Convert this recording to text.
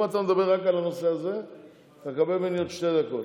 אם אתה מדבר רק על הנושא הזה אתה מקבל ממני עוד שתי דקות.